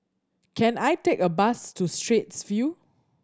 can I take a bus to Straits View